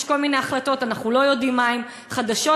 יש כל מיני החלטות, ואנחנו לא יודעים מהן, חדשות.